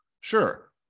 Sure